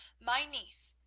my niece,